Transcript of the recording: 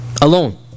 alone